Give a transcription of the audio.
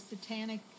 satanic